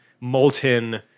molten